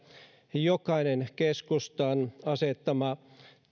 jokainen keskustan asettama asia